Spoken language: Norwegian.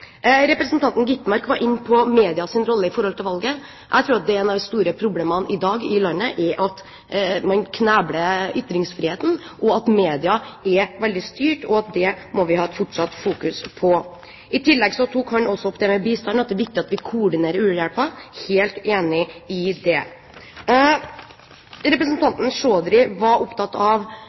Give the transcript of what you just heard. Representanten Gitmark var inne på medias rolle med hensyn til valget. Jeg tror at et av de store problemene i landet i dag er at man knebler ytringsfriheten, og at media er veldig styrt. Det må vi ha et fortsatt fokus på. I tillegg tok han opp det med bistand, at det er viktig at vi koordinerer u-hjelpen – helt enig i det. Representanten Chaudhry var opptatt av